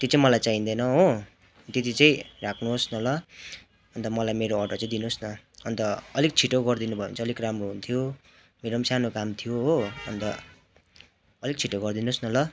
त्यो चाहिँ मलाई चाहिँदैन हो त्यति चाहिँ राख्नुहोस् न ल अन्त मलाई मेरो अर्डर चाहिँ दिनुहोस् न अन्त अलिक छिटो गरिदिनु भयो भने चाहिँ अलिक राम्रो हुन्थ्यो मेरो पनि सानो काम थियो हो अन्त अलिक छिटो गरिदिनुहोस् न ल